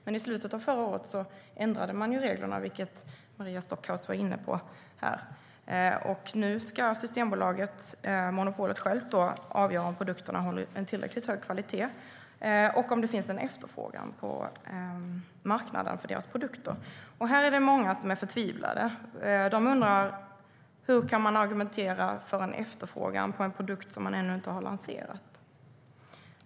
Men i slutet av förra året ändrade man reglerna, vilket Maria Stockhaus var inne på. Nu ska Systembolaget, monopolet självt, avgöra om produkterna håller en tillräckligt hög kvalitet och om det finns en efterfrågan på marknaden för deras produkter. Här är det många som är förtvivlade. De undrar: Hur kan man argumentera för en efterfrågan på en produkt som man ännu inte har lanserat?